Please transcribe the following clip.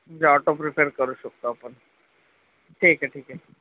म्हणजे auto prefer करू शकतो आपण ठीक आहे ठीक आहे